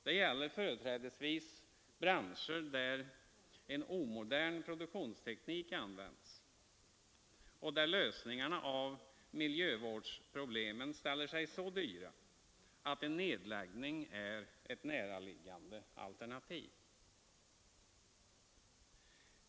Det gäller företrädesvis branscher där en omodern produktionsteknik används och där lösningarna av miljövårdsproblemen ställer sig så dyra att en nedläggning är ett näraliggande alternativ.